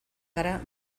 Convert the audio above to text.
gara